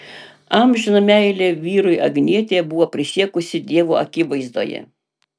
amžiną meilę vyrui agnietė buvo prisiekusi dievo akivaizdoje